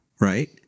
right